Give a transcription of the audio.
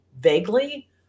vaguely